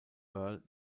earl